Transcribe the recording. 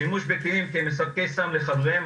שימוש בקטינים כמספקי סמים לחבריהם.